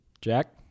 Jack